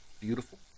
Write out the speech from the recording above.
beautiful